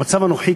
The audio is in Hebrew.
המצב הנוכחי,